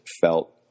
felt